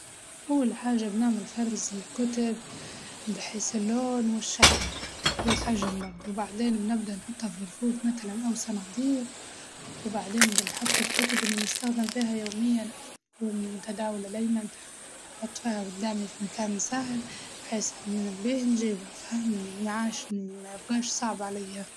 أول حاجة بنعمل فرز للكتب بحيس اللون والشكل والحجم برضه، وبعدين نبدا نحطها في رفوف متلاً أو صناديق وبعدين بنحط الكتب اللي نستخدم بيها يومياً أو تكون متداولة دايماً نحط فيها قدامي في مكان سهل بحيس اللي نبيه نجيبه يعني معاش ما يبقاش صعب عليا.